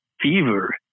Fever